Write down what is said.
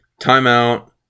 timeout